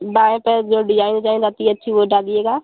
बाएँ पैर जो डिजाइन ओजाइन रहती अच्छी वह डालिएगा